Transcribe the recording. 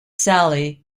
sally